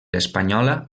espanyola